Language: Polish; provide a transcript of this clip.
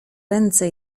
ręce